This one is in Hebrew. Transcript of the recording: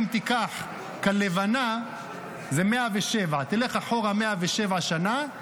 אם תיקח "כלבנה" זה 107. תלך אחורה 107 שנה,